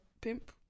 pimp